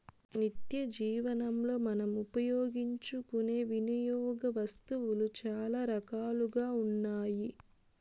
నిత్యజీవనంలో మనం ఉపయోగించుకునే వినియోగ వస్తువులు చాలా రకాలుగా ఉన్నాయి